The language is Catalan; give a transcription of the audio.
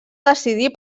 decidir